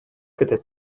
кетет